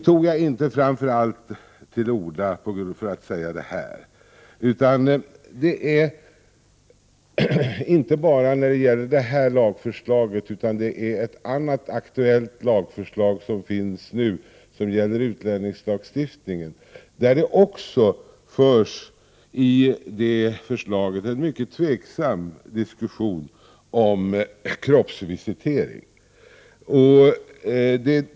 6 april 1989 Men jag tar inte till orda framför allt för att säga detta. Jag vill framhålla att det gäller inte bara det lagförslag som behandlas i föreliggande utskottsbetänkande, utan det gäller också ett annat aktuellt lagförslag, som rör utlänningslagstiftningen och där det även förs en mycket tveksam diskussion om kroppsvisitering.